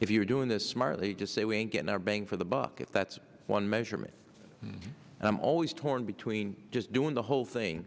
if you're doing this smartly just say we ain't getting our bang for the buck at that's one measurement and i'm always torn between just doing the whole thing